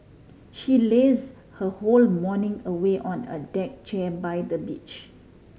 she laze her whole morning away on a deck chair by the beach